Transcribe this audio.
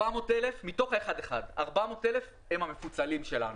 400,000 הם המפוצלים שלנו.